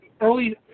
early